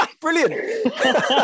brilliant